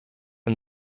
and